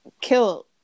kill